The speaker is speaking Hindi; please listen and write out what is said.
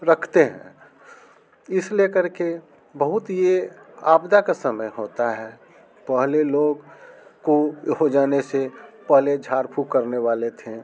रखते हैं इस लिए कर के बहुत ये आपदा का समय होता है पहले लोग को हो जाने से पहले झाड़ फूँक करने वाले थे